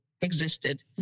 existed